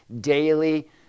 daily